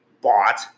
bought